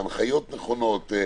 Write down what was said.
הנחיות נכונות,